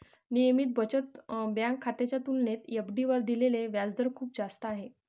नियमित बचत बँक खात्याच्या तुलनेत एफ.डी वर दिलेला व्याजदर खूप जास्त आहे